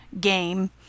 game